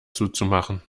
zuzumachen